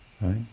Right